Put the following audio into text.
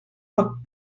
pot